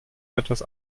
etwas